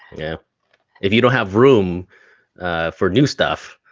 yeah if you don't have room for new stuff,